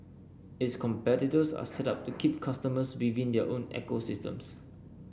its competitors are set up to keep customers within their own ecosystems